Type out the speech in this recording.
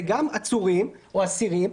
זה גם עצורים או אסירים,